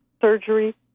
surgery